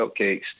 Cupcakes